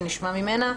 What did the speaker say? שנשמע ממנה.